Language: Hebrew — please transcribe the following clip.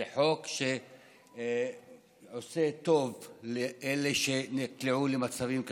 זה חוק שעושה טוב לאלה שנקלעו למצבים קשים,